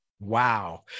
wow